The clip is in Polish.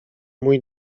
mój